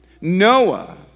Noah